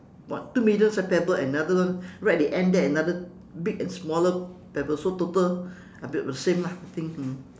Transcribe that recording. what two medium size pebble another one right at the end there another big and smaller pebbles so total a bit of the same lah I think mm